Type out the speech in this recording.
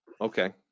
okay